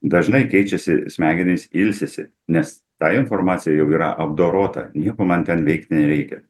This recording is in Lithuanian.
dažnai keičiasi smegenys ilsisi nes ta informacija jau yra apdorota nieko man ten veikt nereikia